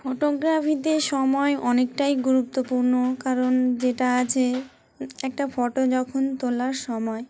ফটোগ্রাফিতে সময় অনেকটাই গুরুত্বপূর্ণ কারণ যেটা আছে একটা ফটো যখন তোলার সময়